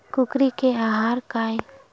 कुकरी के आहार काय?